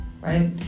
Right